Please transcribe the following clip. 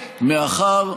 מאחר,